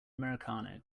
americano